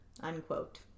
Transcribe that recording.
unquote